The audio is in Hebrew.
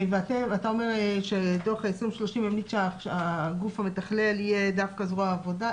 ואתה אומר שדו"ח 2030 המליץ שהגוף המתכלל יהיה דווקא זרוע העבודה.